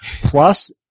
Plus